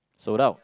sold out